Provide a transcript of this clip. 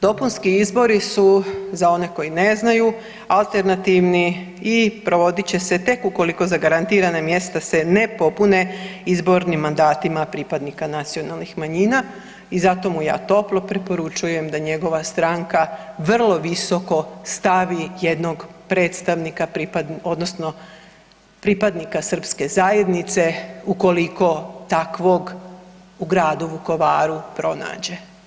Dopunski izboru su za one koji ne znaju alternativni i provodit će se tek ukoliko zagarantirana mjesta se ne popune izbornim mandatima pripadnika nacionalnih manjina i zato mu ja toplo preporučujem da njegova stranka vrlo visoko stavi jednog predstavnika pripadnika odnosno pripadnika srpske zajednice ukoliko takvog u gradu Vukovaru pronađe.